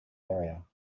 area